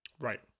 Right